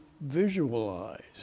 visualize